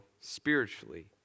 spiritually